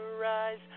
rise